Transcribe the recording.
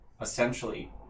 essentially